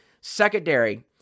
Secondary